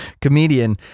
comedian